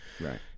Right